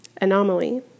Anomaly